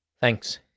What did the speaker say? Thanks